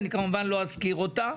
אני כמובן לא אזכיר אותה,